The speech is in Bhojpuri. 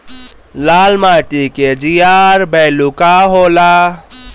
लाल माटी के जीआर बैलू का होला?